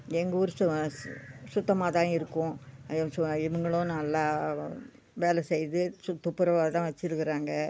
எங்கள் ஊர் சு சுத்தமாக தான் இருக்கும் சு இவங்களும் நல்லா வேலை செய்து சுத் துப்புரவாகதான் வச்சுருக்குறாங்க